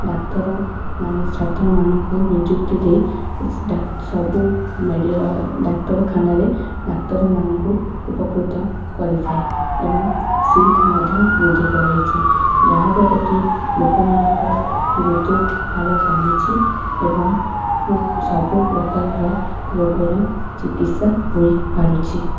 ଡାକ୍ତରମାନେ ଛାତ୍ରମାନଙ୍କୁ ନିଯୁକ୍ତି ଦେଇ ସବୁ ମେଡ଼ି ଡାକ୍ତରଖାନାରେ ଡାକ୍ତରମାନଙ୍କୁ ଉପକୃତ କରିଥାଏ ଏବଂ ସିଟ୍ ମଧ୍ୟ ବୃଦ୍ଧି କରାଇଛି ଯାହାଦ୍ୱାରାକି ଲୋକମାନଙ୍କର ମୃତ୍ୟୁହାର କମିଛି ଏବଂ ସବୁପ୍ରକାରର ରୋଗର ଚିକିତ୍ସା ହୋଇପାରୁଛି